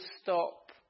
stop